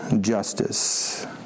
justice